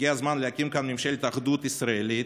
הגיע הזמן להקים כאן ממשלת אחדות ישראלית,